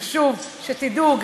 חשוב שתדעו,